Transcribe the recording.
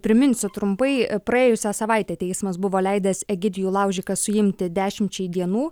priminsiu trumpai praėjusią savaitę teismas buvo leidęs egidijų laužiką suimti dešimčiai dienų